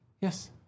Yes